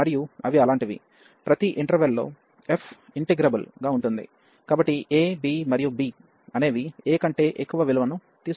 మరియు అవి అలాంటివి ప్రతి ఇంటర్వెల్ లో f ఇంటిగ్రబుల్ గా ఉంటుంది కాబట్టి a b మరియు b అనేవి a కంటే ఎక్కువ విలువను తీసుకోవచ్చు